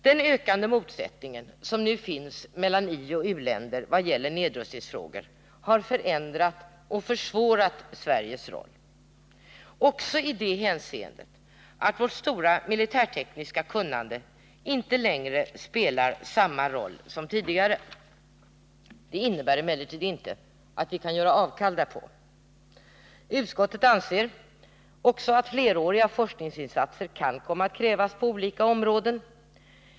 Den ökande motsättningen mellan ioch u-länder vad gäller nedrustningsfrågor har förändrat och försvårat Sveriges roll — också i det hänseendet att vårt stora militärtekniska kunnande inte längre spelar samma roll som tidigare. Det innebär emellertid inte att vi kan göra avkall därpå. Utskottet anser också att fleråriga forskningsinsatser kan komma att krävas på olika områden.